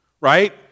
right